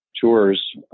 tours